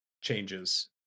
changes